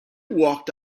walked